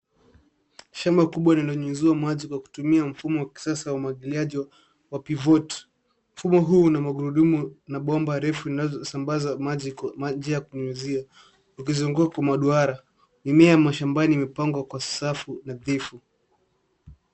Shamba kubwa lilonyunyuziwa maji kwa kutumia mfumo wa kisasa wa umwagiliaji wa pivot . Mfumo huu una magurudumu na bomba refu inazo sambaza maji kwa maji ya kunyunyuzia. Ukizungukwa kwa maduara, mimea ya mashambani imepangwa kwa safu nadhifu.